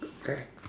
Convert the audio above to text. okay